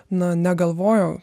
na negalvojau